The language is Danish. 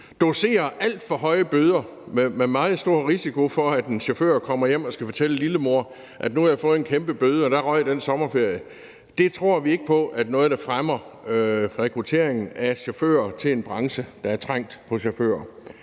nogle alt for høje bøder med en meget stor risiko for, at en chauffør kommer hjem og skal fortælle lillemor, at nu har jeg fået en kæmpe bøde, og der røg den sommerferie, tror vi ikke på er noget, der fremmer rekrutteringen af chauffører til en branche, der er trængt på chauffører.